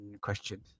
question